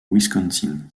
wisconsin